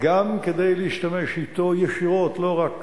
גם כדי להשתמש אתו ישירות, לא רק